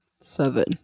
seven